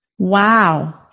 Wow